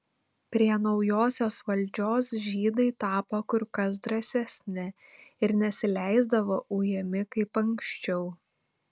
prie naujosios valdžios žydai tapo kur kas drąsesni ir nesileisdavo ujami kaip anksčiau